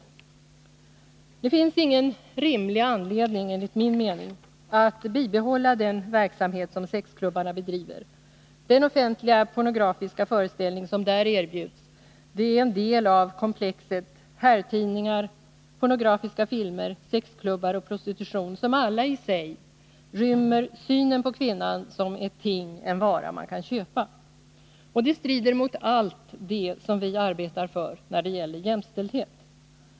Enligt min mening finns det ingen rimlig anledning att bibehålla den verksamhet som sexklubbarna bedriver. Den offentliga pornografiska föreställning som där erbjuds är en del av komplexet herrtidningar, pornografiska filmer, sexklubbar och prostitution, som alla i sig rymmer synen på kvinnan som ett ting, en vara man kan köpa. Det strider mot allt det som vi arbetar för när det gäller jämställdhet.